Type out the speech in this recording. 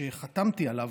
שחתמתי עליו,